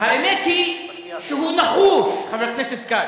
האמת היא שהוא נחוש, חבר הכנסת כץ,